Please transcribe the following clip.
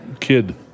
kid